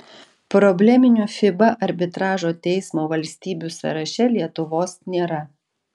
probleminių fiba arbitražo teismo valstybių sąraše lietuvos nėra